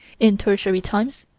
in tertiary times,